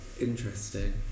Interesting